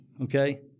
okay